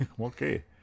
okay